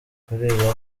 kurira